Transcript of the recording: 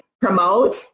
promote